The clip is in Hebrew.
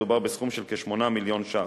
מדובר בסכום של כ-8 מיליון שקלים,